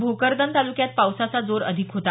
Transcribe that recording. भोकरदन तालुक्यात पावसाचा जोर अधिक होता